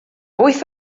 wyth